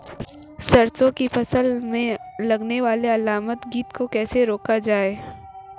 सरसों की फसल में लगने वाले अल नामक कीट को कैसे रोका जाए?